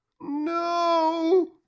No